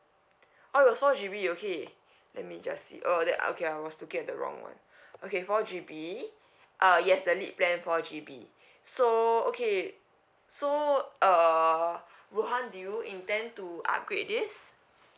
oh it was four G_B okay let me just see oh then uh okay I was looking at the wrong one okay four G_B uh yes the lead plan four G_B so okay so err rohan do you intend to upgrade this